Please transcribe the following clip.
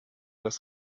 das